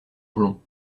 blonds